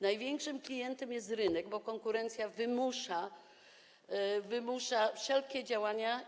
Największym klientem jest rynek, bo konkurencja wymusza wszelkie działania.